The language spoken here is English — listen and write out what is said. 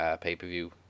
pay-per-view